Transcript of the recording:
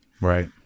Right